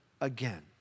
again